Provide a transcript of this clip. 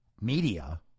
media